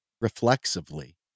reflexively